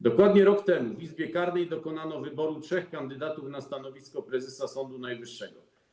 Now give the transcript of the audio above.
Dokładnie rok temu w Izbie Karnej dokonano wyboru trzech kandydatów na stanowisko prezesa Sądu Najwyższego.